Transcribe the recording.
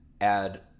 add